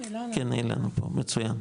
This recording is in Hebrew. כן, אילן פה, מצוין.